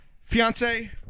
fiance